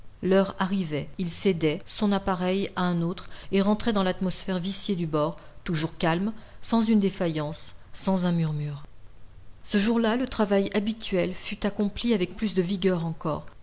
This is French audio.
l'heure arrivait il cédait son appareil à un autre et rentrait dans l'atmosphère viciée du bord toujours calme sans une défaillance sans un murmure ce jour-là le travail habituel fut accompli avec plus de vigueur encore